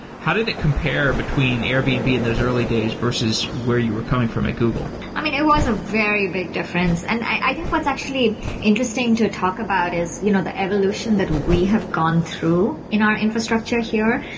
how did it compare between airbnb and in those early days versus where you were coming from at google? i mean, it was a very big difference. and i think what's actually interesting to talk about is you know the evolution that we have gone through in our infrastructure here.